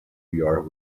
your